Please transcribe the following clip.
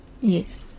Yes